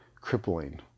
crippling